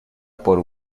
por